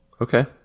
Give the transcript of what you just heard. Okay